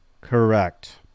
Correct